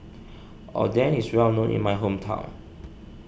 Oden is well known in my hometown